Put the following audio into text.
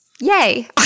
Yay